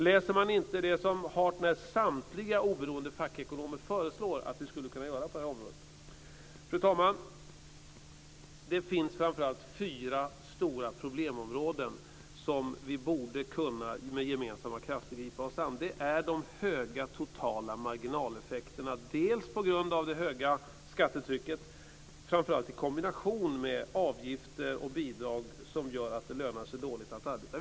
Läser man inte det som hart när samtliga oberoende fackekonomer föreslår att vi skulle kunna göra på området? Fru talman! Det finns framför allt fyra stora problemområden som vi med gemensamma krafter borde kunna gripa oss an. Det är för det första de höga totala marginaleffekterna som dels på grund av det höga skattetrycket, framför allt i kombination med avgifter och bidrag, gör att det lönar sig dåligt att arbeta.